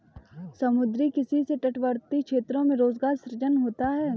समुद्री किसी से तटवर्ती क्षेत्रों में रोजगार सृजन होता है